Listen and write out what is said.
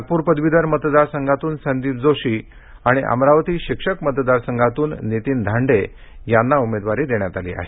नागपूर पदवीधर मतदारसंघातून संदीप जोशी आणि अमरावती शिक्षक मतदारसंघातून नितीन धांडे यांना उमेदवारी देण्यात आली आहे